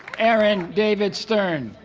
aaron david stern